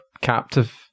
captive